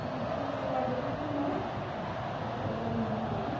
ঠিকে আছে বাৰু দেখাওকচোন বাৰু লৈ যাওঁ ইমান গৰম